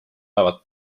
vaevalt